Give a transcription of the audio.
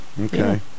Okay